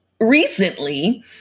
recently